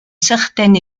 certain